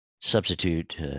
substitute